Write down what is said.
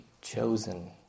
chosen